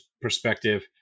perspective